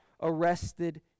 arrested